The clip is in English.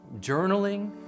journaling